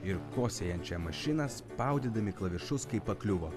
ir kosėjančią mašiną spaudydami klavišus kaip pakliuvo